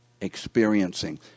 experiencing